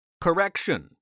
Correction